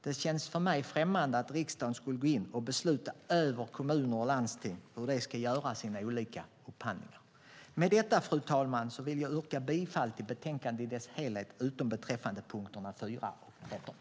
Det känns för mig främmande att riksdagen skulle gå in och besluta över kommuner och landsting hur de ska göra sina olika upphandlingar. Med detta, fru talman, yrkar jag bifall till utskottets förslag i betänkandet i dess helhet utom beträffande punkterna 4 och 13.